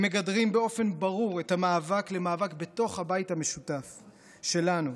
הם מגדרים באופן ברור את המאבק למאבק בתוך הבית המשותף שלנו.